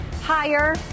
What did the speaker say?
higher